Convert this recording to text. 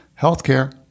Healthcare